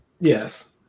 Yes